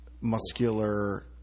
muscular